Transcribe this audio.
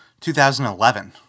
2011